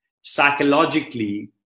psychologically